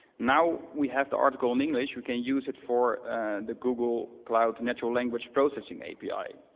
now, we have the article in english, we can use it for the google cloud natural language processing api.